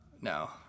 No